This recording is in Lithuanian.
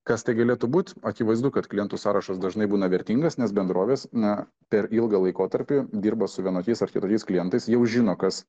kas tai galėtų būt akivaizdu kad klientų sąrašas dažnai būna vertingas nes bendrovės na per ilgą laikotarpį dirbo su vienokiais ar kitokiais klientais jau žino kas